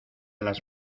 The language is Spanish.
las